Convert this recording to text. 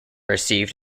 received